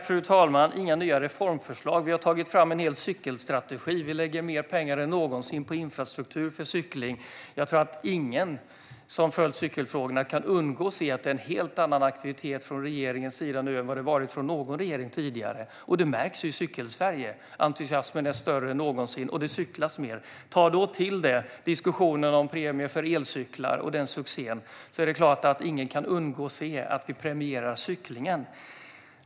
Fru talman! Inga nya reformförslag, säger Nina Lundström. Vi har tagit fram en hel cykelstrategi! Vi lägger mer pengar än någonsin på infrastruktur för cykling. Jag tror att ingen som har följt cykelfrågorna kan undgå att se att det är en helt annan aktivitet från regeringens sida nu än från någon regering tidigare, och det märks i Cykelsverige. Entusiasmen är större än någonsin, och det cyklas mer. Ta då till dig diskussionen om premier för elcyklar och den succé som den har blivit! Ingen kan undgå att se att vi premierar cyklingen.